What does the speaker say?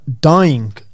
dying